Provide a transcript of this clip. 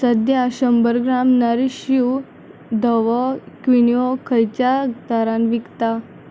सध्या शंबर ग्राम नरीश यू धवो क्विनयो खंयच्या दरान विकता